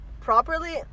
properly